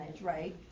right